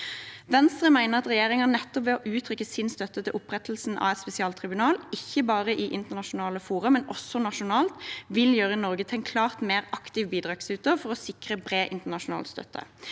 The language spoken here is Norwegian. Venstre mener at regjeringen nettopp ved å uttrykke sin støtte til opprettelsen av et spesialtribunal ikke bare i internasjonale fora, men også nasjonalt, vil gjøre Norge til en klart mer aktiv bidragsyter for å sikre bred internasjonal støtte.